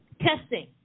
testing